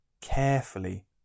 Carefully